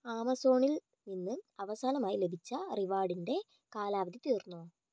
ആമസോണിൽ നിന്ന് അവസാനമായി ലഭിച്ച റിവാർഡിൻ്റെ കാലാവധി തീർന്നോ